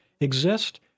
exist